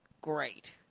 Great